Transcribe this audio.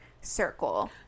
circle